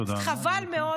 תודה.